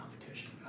competition